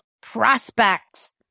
Prospects